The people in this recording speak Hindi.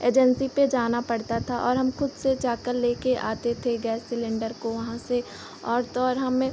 एजेन्सी पर जाना पड़ता था और हम खुद से जाकर लेकर आते थे गैस सिलेन्डर को वहाँ से और तो और हमें